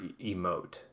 emote